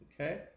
okay